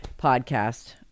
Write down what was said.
podcast